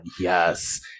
Yes